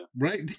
Right